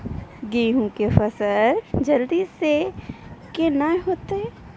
गेहूँ के फसल जल्दी से के ना होते?